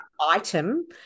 item